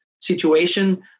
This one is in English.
situation